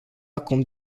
acum